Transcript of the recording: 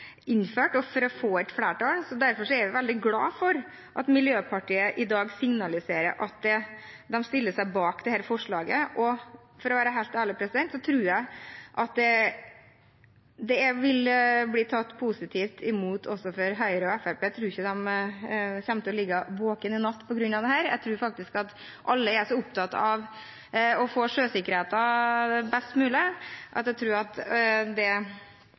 innført og for å få et flertall. Derfor er jeg veldig glad for at Miljøpartiet De Grønne i dag signaliserer at de stiller seg bak dette forslaget. Og for å være helt ærlig tror jeg at det vil bli tatt positivt imot også i Høyre og Fremskrittspartiet. Jeg tror ikke de kommer til å ligge våkne i natt på grunn av dette, jeg tror faktisk at alle er så opptatt av å få sjøsikkerheten best mulig at jeg